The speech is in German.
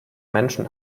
menschen